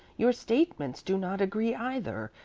your statements do not agree, either.